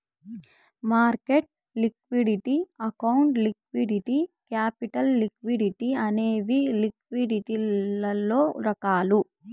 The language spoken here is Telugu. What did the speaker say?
market liquidity account liquidity capital liquidity అనేవి లిక్విడిటీలలో రకాలు